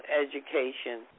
education